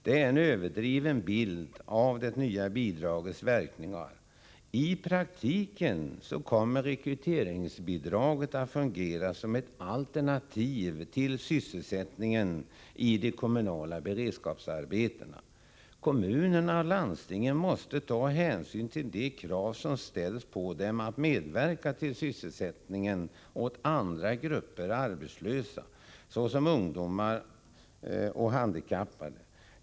Detta är en överdriven bild av det nya bidragets verkningar. I praktiken kommer rekryteringsstödet att fungera som ett alternativ till sysselsättning i de kommunala beredskapsarbetena. Kommunerna och landstingen måste ta hänsyn till de krav som ställs på dem att medverka till sysselsättning åt andra grupper arbetslösa, såsom ungdomar och handikappade.